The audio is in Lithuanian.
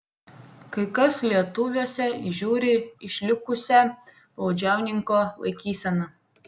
kai kas lietuviuose įžiūri išlikusią baudžiauninko laikyseną